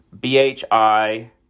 B-H-I